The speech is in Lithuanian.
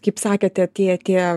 kaip sakėte tie tie